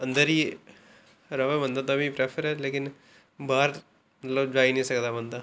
अंदर ई रौहना पौंदा तां ई प्रेफर ऐ लेकिन बाहर जाई निं सकदा बंदा